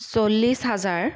চল্লিছ হাজাৰ